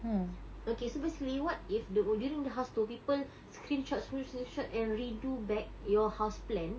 okay so basically what if du~ during the house tour people screenshots screensh~ screenshot and redo back your house plan